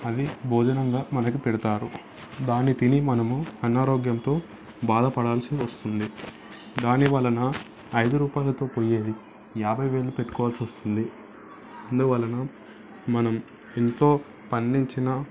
అది భోజనంగా మనకు పెడతారు దాని తిని మనము అనారోగ్యంతో బాధపడాల్సి వస్తుంది దాని వలన ఐదు రూపాయలతో పోయ్యేది యాభై వేలు పెట్టుకోవాల్సి వస్తుంది అందువలన మనం ఇంట్లో పండించిన